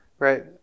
right